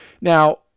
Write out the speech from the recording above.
now